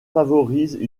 favorisent